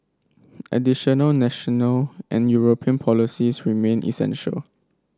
additional national and European policies remain essential